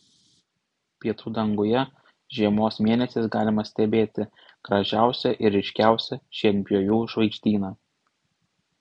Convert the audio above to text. pietų danguje žiemos mėnesiais galima stebėti gražiausią ir ryškiausią šienpjovių žvaigždyną